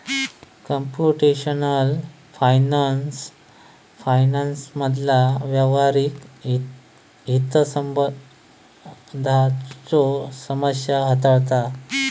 computational finance फायनान्समधला व्यावहारिक हितसंबंधांच्यो समस्या हाताळता